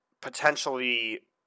potentially